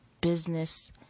business